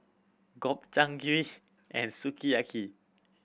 Gobchang Gui and Sukiyaki